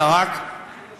אלא רק בדיאלוג,